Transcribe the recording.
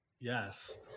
Yes